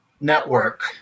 Network